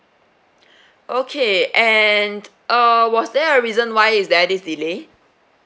okay and err was there a reason why is there this delay